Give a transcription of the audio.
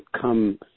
come